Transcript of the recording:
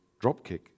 dropkick